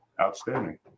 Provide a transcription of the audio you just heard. outstanding